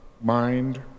mind